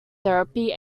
therapy